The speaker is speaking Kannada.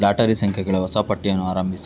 ಲಾಟರಿ ಸಂಖ್ಯೆಗಳ ಹೊಸ ಪಟ್ಟಿಯನ್ನು ಆರಂಭಿಸು